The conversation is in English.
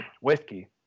whiskey